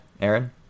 Aaron